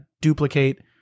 duplicate